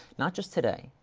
not just today,